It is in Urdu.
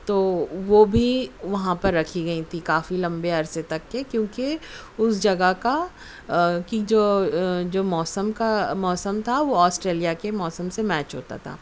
تو وہ بھی وہاں پر رکھی گئی تھیں کافی لمبے عرصے تک کے کیونکہ اس جگہ کا کی جو جو موسم کا موسم تھا وہ آسٹریلیا کے موسم سے میچ ہوتا تھا